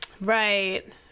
Right